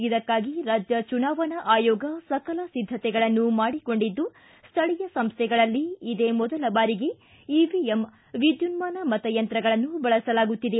ಇದಕ್ಕಾಗಿ ರಾಜ್ಯ ಚುನಾವಣಾ ಆಯೋಗ ಸಕಲ ಸಿದ್ದತೆಗಳನ್ನು ಮಾಡಿಕೊಂಡಿದ್ದು ಸ್ವಳಿಯ ಸಂಸ್ವೆಗಳಲ್ಲಿ ಇದೇ ಮೊದಲ ಬಾರಿಗೆ ಇವಿಎಂ ವಿದ್ಯುನ್ಹಾನ ಮತ ಯಂತ್ರಗಳನ್ನು ಬಳಸಲಾಗುತ್ತಿದೆ